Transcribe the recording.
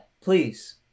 please